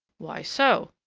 why so?